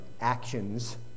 actions